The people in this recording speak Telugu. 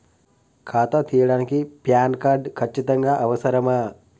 ఖాతా తీయడానికి ప్యాన్ కార్డు ఖచ్చితంగా అవసరమా?